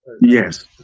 Yes